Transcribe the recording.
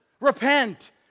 Repent